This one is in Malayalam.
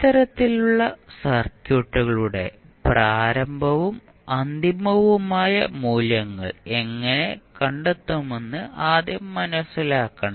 ഇത്തരത്തിലുള്ള സർക്യൂട്ടുകളുടെ പ്രാരംഭവും അന്തിമവുമായ മൂല്യങ്ങൾ എങ്ങനെ കണ്ടെത്തുമെന്ന് ആദ്യം മനസിലാക്കണം